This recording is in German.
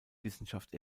wissenschaft